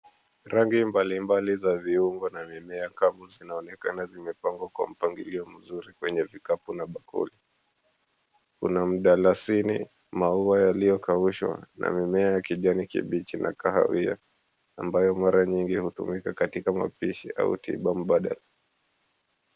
Rangi mbalimbali za viungo na mimea kama zinaonekana zimepangwa kwa mpangilio mzuri kwenye vikapu na bakuli. Kuna mdalasini, maua yaliyokaushwa, na mimea ya kijani kibichi na kahawia, ambayo mara nyingi hutumika katika mapishi au tiba mbadala.